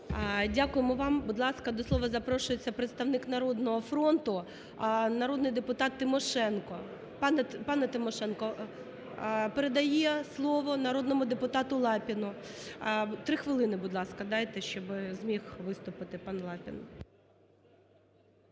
Будь ласка, до слова запрошується представник "Народного фронту" народний депутат Тимошенко. Пан Тимошенко передає слово народному депутату Лапіну. Три хвилини, будь ласка, дайте, щоби зміг виступити пан Лапін.